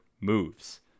moves